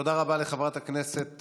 תודה רבה לחברת הכנסת